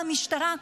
על המשטרה,